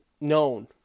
known